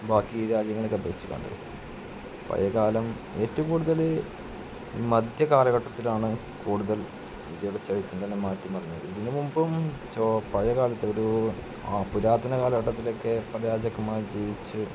ബാക്കി രാജ്യങ്ങളെയൊക്കെ അപേക്ഷിച്ചിട്ടാണെങ്കില് പഴയകാലം ഏറ്റവും കൂടുതല് മധ്യ കാലഘട്ടത്തിലാണ് കൂടുതൽ ഇന്ത്യയുടെ ചരിത്രം തന്നെ മാറ്റി മറിഞ്ഞത് ഇതിന് മുൻപും പഴയ കാലത്ത് എവിടെയോ ആ പുരാതന കാലഘട്ടത്തിലൊക്കെ പല രാജാക്കന്മാർ ജീവിച്ച്